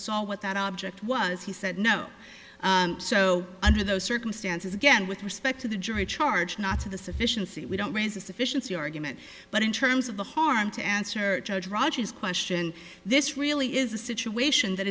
saw what that object was he said no so under those circumstances again with respect to the jury charge not to the sufficiency we don't raise a sufficiency argument but in terms of the harm to answer judge roger's question this really is a situation that